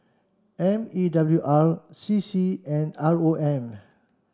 M E W R C C and R O M